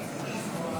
הכנסת,